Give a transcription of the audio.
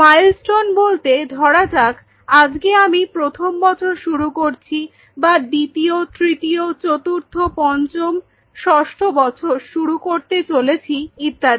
milestone বলতে ধরা যাক আজকে আমি প্রথম বছর শুরু করছি বা দ্বিতীয় তৃতীয় চতুর্থ পঞ্চম ষষ্ঠ বছর শুরু করতে চলেছি ইত্যাদি